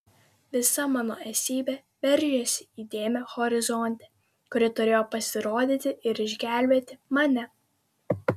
visa mano esybė veržėsi į dėmę horizonte kuri turėjo pasirodyti ir išgelbėti mane